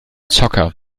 zocker